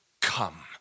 come